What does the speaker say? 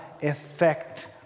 effect